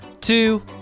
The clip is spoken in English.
two